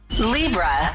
Libra